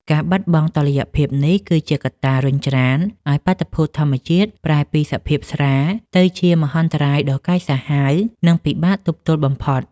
ការបាត់បង់តុល្យភាពនេះ គឺជាកត្តារុញច្រានឱ្យបាតុភូតធម្មជាតិប្រែពីសភាពស្រាល ទៅជាមហន្តរាយដ៏កាចសាហាវ និងពិបាកទប់ទល់បំផុត។